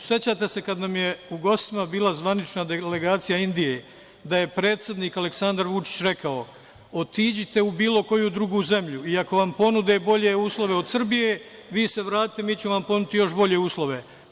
Sećate se kada nam je u gostima bila zvanična delegacija Indije, da je predsednik Aleksandar Vučić rekao – otiđite u bilo koju drugu zemlju i ako vam ponude bolje uslove od Srbije, vi se vratite, mi ćemo vam ponuditi još bolje uslove.